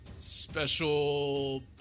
Special